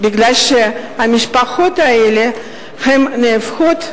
כי המשפחות האלה נהפכות,